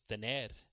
tener